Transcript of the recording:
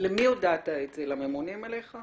למי הודעת את זה, לממונים עליך?